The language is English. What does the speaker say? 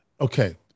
Okay